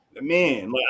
man